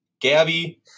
Gabby